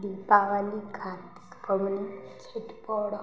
दीपावली कातिक पबनी छठि पर्ब